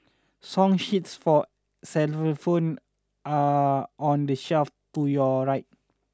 song sheets for xylophones are on the shelf to your right